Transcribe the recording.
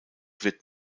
wird